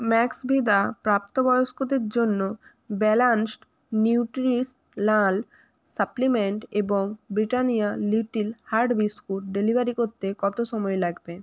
Maxvida প্রাপ্তবয়েস্কদের জন্য balanced nutritional supplement এবং Britannia little heart biscuit delivery করতে কত সময় লাগবে